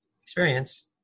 experience